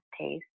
taste